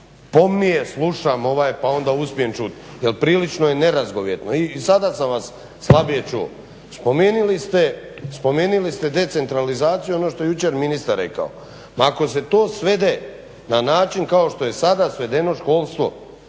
pomnije slušam pa onda uspijem čuti. Jer prilično je nerazgovijetno. I sada sam vas slabije čuo. Spomenuli ste decentralizaciju, ono što je jučer ministar rekao, pa ako se to svede na način kao što je sada svedeno školstvo